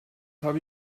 habe